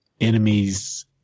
enemies